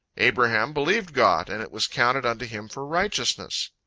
abraham believed god, and it was counted unto him for righteousness.